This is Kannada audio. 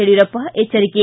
ಯಡಿಯೂರಪ್ಪ ಎಚ್ಚರಿಕೆ